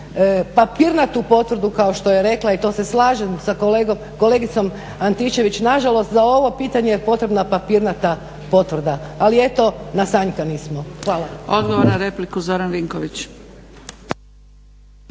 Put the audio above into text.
papirnatu potvrdu kao što je rekla i to se slažem sa kolegicom Antičević na žalost za ovo pitanje je potrebna papirnata potvrda, ali eto nasanjkani smo. Hvala.